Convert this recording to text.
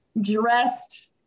dressed